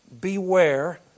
Beware